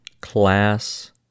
class